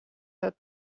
sat